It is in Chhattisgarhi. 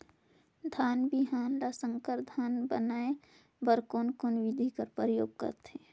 धान बिहान ल संकर बिहान बनाय बर कोन कोन बिधी कर प्रयोग करथे?